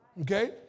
Okay